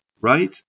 right